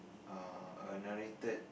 uh a narrated